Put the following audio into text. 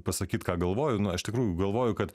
pasakyt ką galvoju na iš tikrųjų galvoju kad